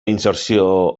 inserció